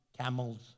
camels